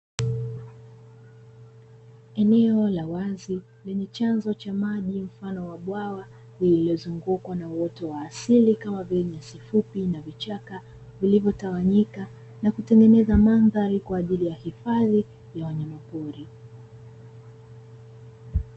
Eneo la wazi lenye chanzo cha maji mfano wa bwawa lililozungukwa na uoto wa asili kama vile nyasi fupi na vichaka, vilivyotawanyika na kutengeneza mandhari kwa ajili ya hifadhi ya wanyamapori.